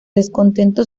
descontento